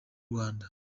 rwanda